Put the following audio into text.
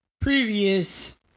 previous